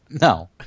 No